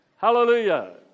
Hallelujah